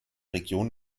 region